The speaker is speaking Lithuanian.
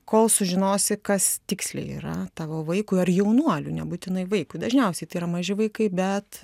kol sužinosi kas tiksliai yra tavo vaikui ar jaunuoliui nebūtinai vaikui dažniausiai tai yra maži vaikai bet